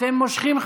אתם מושכים,